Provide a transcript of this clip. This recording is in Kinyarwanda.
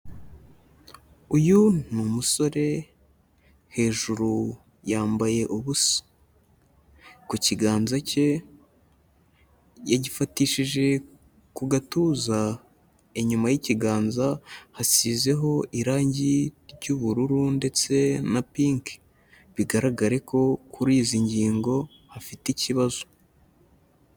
Uyu ni umusore, hejuru yambaye ubusa, ku kiganza cye yagifatishije ku gatuza, inyuma y'ikiganza hasizeho irangi ry'ubururu ndetse na pinki, bigaragare ko kuri izi ngingo hafite ikibazo.